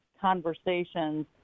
conversations